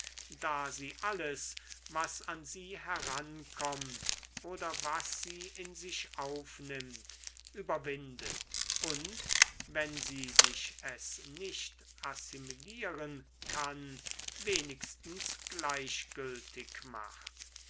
da sie alles was an sie herankommt oder was sie in sich aufnimmt überwindet und wenn sie sich es nicht assimilieren kann wenigstens gleichgültig macht